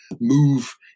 move